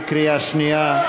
בקריאה שנייה.